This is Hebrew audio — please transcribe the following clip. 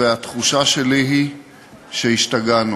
והתחושה שלי היא שהשתגענו.